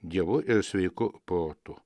dievu ir sveiku protu